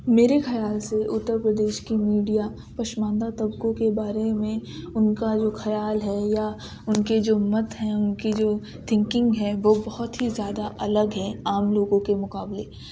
میرے خیال سے اتر پردیش کی میڈیا پشماندہ طبقوں کے بارے میں ان کا جو خیال ہے یا ان کے جو مت ہیں ان کی جو تھنکنگ ہے وہ بہت ہی زیادہ الگ ہے عام لوگوں کے مقابلے